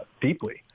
deeply